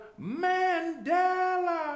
Mandela